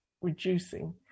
reducing